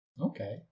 okay